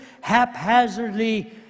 haphazardly